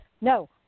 No